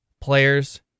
Players